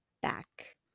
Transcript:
back